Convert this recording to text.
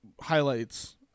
highlights